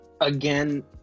Again